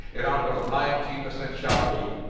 iran was ninety percent shafi'i?